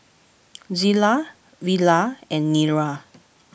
Zillah Villa and Nira